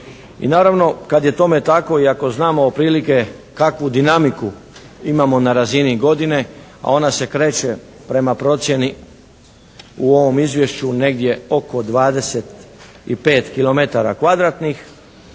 I naravno kad je tome tako i ako znamo otprilike kakvu dinamiku imamo na razini godine, a ona se kreće prema procjeni u ovom izvješću negdje oko 25 km2,